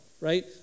right